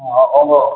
ஆமாம்